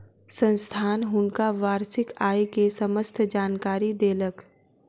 संस्थान हुनका वार्षिक आय के समस्त जानकारी देलक